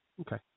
Okay